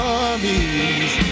armies